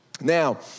Now